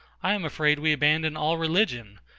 i am afraid we abandon all religion,